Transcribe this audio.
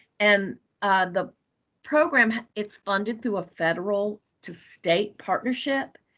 and the program, it's funded through a federal to state partnership.